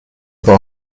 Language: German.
aber